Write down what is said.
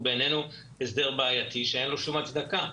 זה בעינינו הסדר בעייתי שאין לו כל הצדקה.